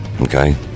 Okay